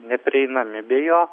neprieinami be jo